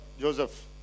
Joseph